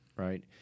Right